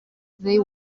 they